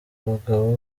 bagabo